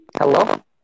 Hello